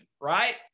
right